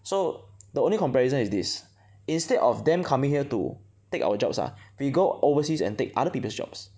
so the only comparison is this instead of them coming here to take our jobs ah we go overseas and take other people's jobs